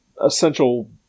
essential